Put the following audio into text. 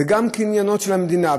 זה גם קניין של המדינה,